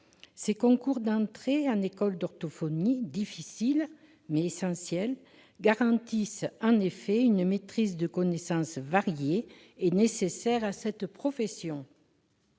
Ces concours d'entrée en école d'orthophonie, difficiles mais essentiels, garantissent en effet une maîtrise de connaissances variées et nécessaires à cette profession.